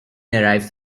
arrives